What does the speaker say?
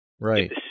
Right